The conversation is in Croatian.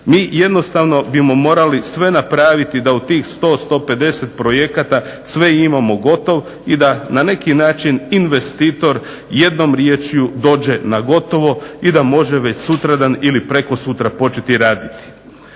Mi jednostavno bismo morali sve napraviti da u tih 100, 150 projekata sve imamo gotovo i da na neki način investitor jednom riječju dođe na gotovo i da može već sutradan ili prekosutra početi raditi.